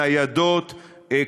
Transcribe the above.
ניידות,